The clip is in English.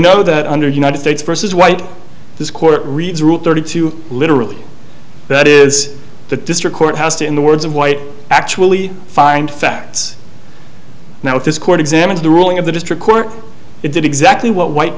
know that under united states versus white this court reads rule thirty two literally that is the district court has to in the words of white actually find facts now if this court examines the ruling of the district court it did exactly what white